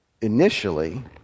initially